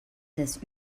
des